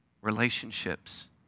relationships